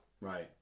right